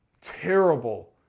terrible